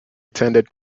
attended